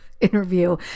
interview